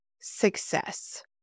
success